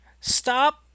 stop